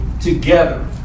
together